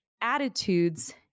attitudes